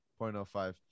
0.05